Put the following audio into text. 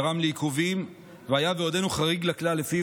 גרם לעיכובים והיה ועודנו חריג לכלל שלפיו